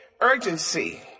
urgency